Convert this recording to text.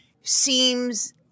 seems